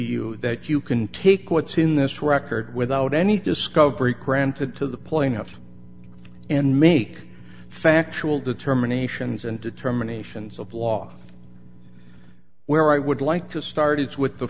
you that you can take what's in this record without any discovery granted to the plaintiff and me a factual determination and determinations of law where i would like to start it with the